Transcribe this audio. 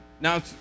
now